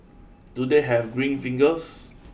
do they have green fingers